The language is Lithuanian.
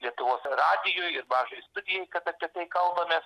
lietuvos radijuj ir mažajai studijai kad apie tai kalbame